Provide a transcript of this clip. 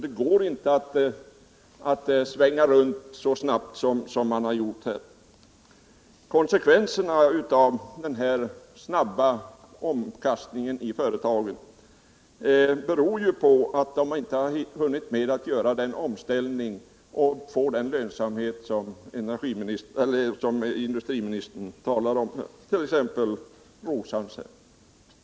Det går inte att svänga runt så snabbt som man gjort här. Konsekvenserna av den här snabba omkastningen drabbar företagen. De har inte hunnit med att göra den omställning och få den lönsamhet som industriministern talar om. Det gäller t.ex. Roshamns.